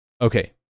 Okay